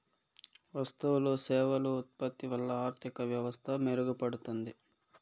వస్తువులు సేవలు ఉత్పత్తి వల్ల ఆర్థిక వ్యవస్థ మెరుగుపడుతుంది